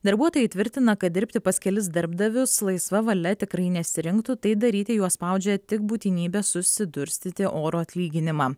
darbuotojai tvirtina kad dirbti pas kelis darbdavius laisva valia tikrai nesirinktų tai daryti juos spaudžia tik būtinybė susidurstyti orų atlyginimą